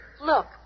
Look